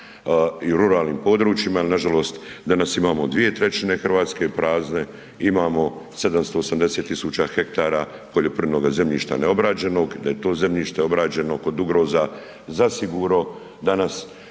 i ruralnim područjima, jer nažalost da nas imamo 2/3 Hrvatske prazne, imamo 780 tisuća hektara poljoprivrednoga zemljišta neobrađenog, da je to zemljište obrađeno kod ugroza zasigurno danas